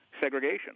segregation